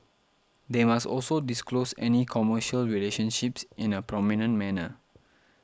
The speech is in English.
they must also disclose any commercial relationships in a prominent manner